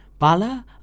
p'ala